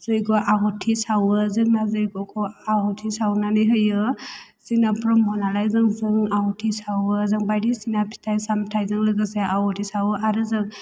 जग्य आवाथि सावो जोंना जग्यखौ आवाथि सावनानै होयो जोंना ब्रह्म नालाय जों आवाथि सावो जों बायदिसिना फिथाइ सामथायजों लोगोसे आवाथि सावो आरो जों